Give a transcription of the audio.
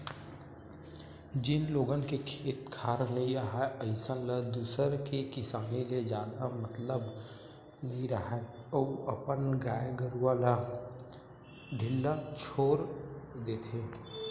जेन लोगन के खेत खार नइ राहय अइसन ल दूसर के किसानी ले जादा मतलब नइ राहय अउ अपन गाय गरूवा ल ढ़िल्ला छोर देथे